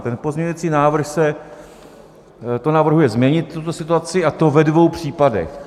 Ten pozměňovací návrh navrhuje změnit tuto situaci, a to ve dvou případech.